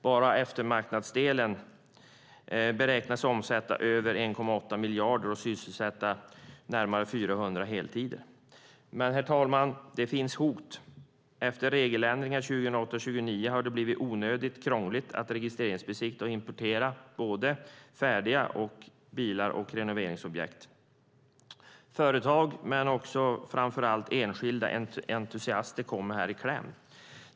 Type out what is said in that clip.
Bara eftermarknadsdelen beräknas omsätta över 1,8 miljarder och sysselsätta närmare 400 på heltid. Men, herr talman, det finns hot. Efter regeländringar 2008 och 2009 har det blivit onödigt krångligt att registreringsbesiktiga och importera både färdiga bilar och renoveringsobjekt. Företag men framför allt enskilda entusiaster kommer i kläm.